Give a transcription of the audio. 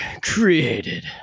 created